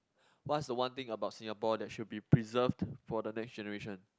what's the one thing about Singapore that should be preserved for the next generation